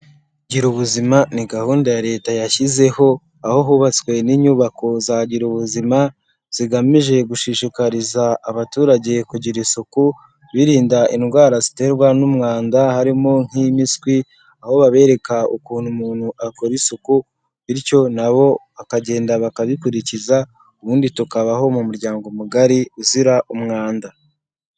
Gira ubuzima ni gahunda ya leta yashyizeho aho hubatswe n'inyubako za gira ubuzima zigamije gushishikariza abaturage kugira isuku birinda indwara ziterwa n'umwanda harimo nk'impiswi aho babereka ukuntu umuntu akora isuku bityo nabo akagenda bakabikurikiza ubundi tukabaho mu muryango mugari uzira umwanda.